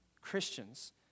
Christians